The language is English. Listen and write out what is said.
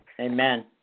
Amen